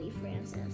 Frances